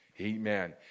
Amen